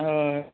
हय